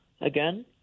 again